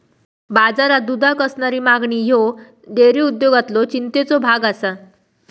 बाजारात दुधाक असणारी मागणी ह्यो डेअरी उद्योगातलो चिंतेचो भाग आसा